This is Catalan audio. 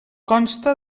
consta